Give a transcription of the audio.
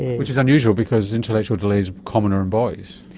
which is unusual because intellectual delay is commoner in boys.